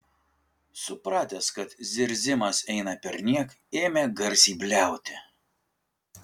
supratęs kad zirzimas eina perniek ėmė garsiai bliauti